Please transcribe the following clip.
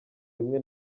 bimwe